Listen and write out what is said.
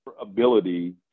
ability